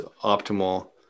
optimal